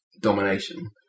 Domination